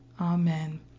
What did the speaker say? Amen